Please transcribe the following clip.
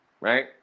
right